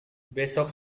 besok